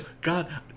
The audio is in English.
God